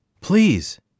Please